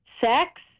sex